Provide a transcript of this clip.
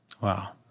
Wow